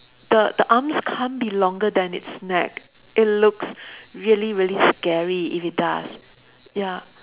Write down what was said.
the the arms can't be longer than its neck it looks really really scary if it does ya